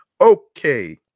Okay